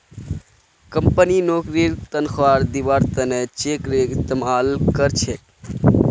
company नौकरीर तन्ख्वाह दिबार त न चेकेर इस्तमाल कर छेक